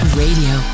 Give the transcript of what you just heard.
radio